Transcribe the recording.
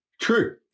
True